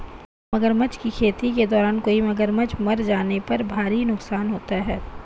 मगरमच्छ की खेती के दौरान कई मगरमच्छ के मर जाने पर भारी नुकसान होता है